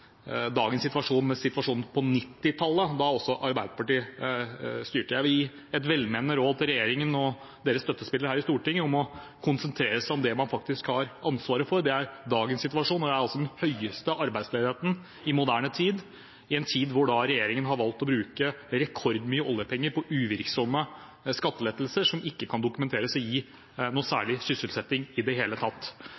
dagens situasjon med situasjonen på 1990-tallet, da Arbeiderpartiet også styrte. Jeg vil gi et velmenende råd til regjeringen og dens støttespillere her i Stortinget om å konsentrere seg om det man faktisk har ansvaret for, og det er dagens situasjon. Vi har altså den høyeste arbeidsledigheten i moderne tid, i en tid hvor regjeringen har valgt å bruke rekordmye oljepenger på uvirksomme skattelettelser som ikke kan dokumenteres å gi noe